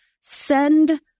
send